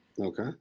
Okay